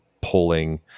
pulling